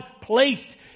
placed